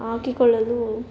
ಹಾಕಿಕೊಳ್ಳಲು